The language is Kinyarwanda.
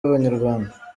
b’abanyarwanda